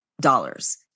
dollars